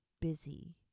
busy